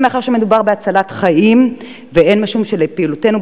הן מאחר שמדובר בהצלת חיים והן משום שלפעילותנו